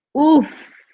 oof